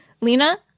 Lena